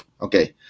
okay